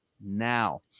now